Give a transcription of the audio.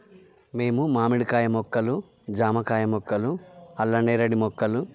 మేము మామిడికాయ మొక్కలు జామకాయ మొక్కలు అల్ల నేరేడు మొక్కలు